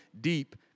deep